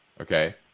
Okay